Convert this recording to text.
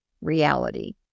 reality